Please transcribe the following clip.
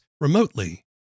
remotely